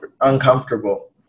uncomfortable